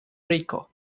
rico